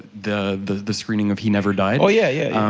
the the screening of he never died. oh yeah, yeah.